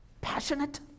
passionate